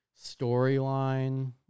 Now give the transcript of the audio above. storyline